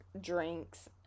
drinks